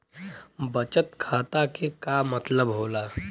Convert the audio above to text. बचत खाता के का मतलब होला?